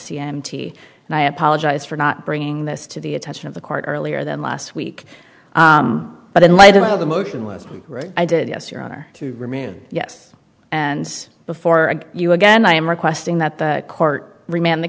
t and i apologize for not bringing this to the attention of the court earlier than last week but in light of the motion was i did yes your honor to remain yes and before you again i am requesting that the court remand the